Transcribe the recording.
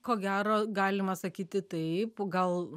ko gero galima sakyti taip gal